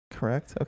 Correct